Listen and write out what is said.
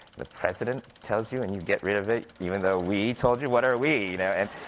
the president tells you and you get rid of it, even though we told you? what are we? you know and